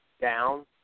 down